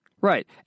Right